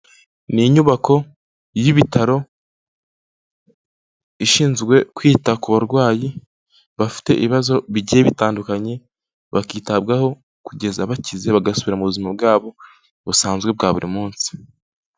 N'inyubako y'ibitaro, ishinzwe kwita ku barwayi bafite ibibazo bigiye bitandukanye, bakitabwaho kugeza bakize bagasubira mu buzima bwabo busanzwe bwa buri munsi.